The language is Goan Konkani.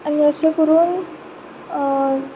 आनी अशे करून